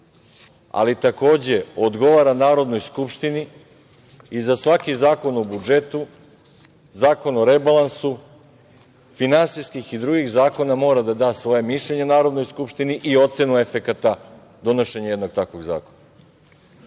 ali takođe, odgovara Narodnoj skupštini i za svaki Zakon o budžetu, Zakon o rebalansu, finansijskih i drugih zakona, mora da da svoje mišljenje Narodnoj skupštini i ocenu efekata donošenja jednog takvog zakona.